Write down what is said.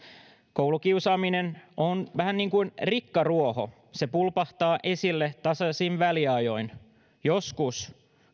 koulukiusaaminen on vähän niin kuin rikkaruoho se pulpahtaa esille tasaisin väliajoin joskus